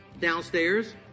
Downstairs